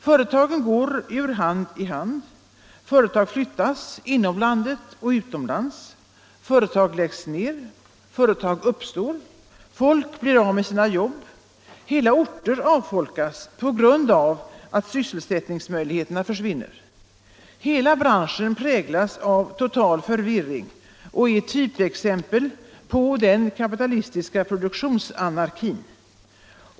Företagen går ur hand i hand. Företag flyttas inom landet och utomlands. Företag läggs ned. Företag uppstår. Folk blir av med sina jobb. Hela orter avfolkas på grund av att sysselsättningsmöjligheterna försvinner. Hela branschen präglas av total förvirring och är ett typexempel på den kapitalistiska produktionsanarkin.